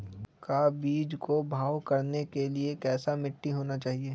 का बीज को भाव करने के लिए कैसा मिट्टी होना चाहिए?